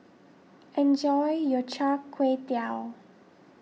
enjoy your Char Kway Teow